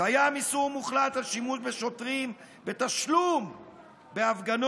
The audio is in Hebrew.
"קיים איסור מוחלט על שימוש בשוטרים בתשלום בהפגנות,